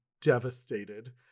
devastated